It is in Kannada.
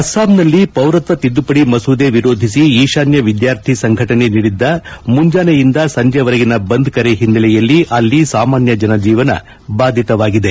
ಅಸ್ಲಾಂನಲ್ಲಿ ಪೌರತ್ನ ತಿದ್ದುಪದಿ ಮಸೂದೆ ವಿರೋಧಿಸಿ ಈಶಾನ್ಯ ವಿದ್ಯಾರ್ಥಿ ಸಂಘಟನೆ ನೀದಿದ್ದ ಮುಂಜಾನೆಯಿಂದ ಸಂಜೆವರೆಗಿನ ಬಂದ್ ಕರೆ ಹಿನ್ನೆಲೆಯಲ್ಲಿ ಅಲ್ಲಿ ಸಾಮಾನ್ಯ ಜನಜೀವನ ಬಾಧಿತವಾಗಿದೆ